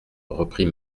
reprit